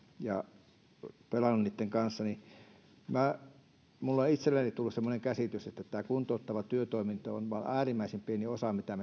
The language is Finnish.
ja minulle itselleni on tullut semmoinen käsitys että tämä kuntouttava työtoiminta on vain äärimmäisen pieni osa mitä